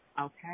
okay